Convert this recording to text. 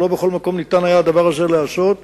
ולא בכל מקום ניתן היה הדבר הזה להיעשות.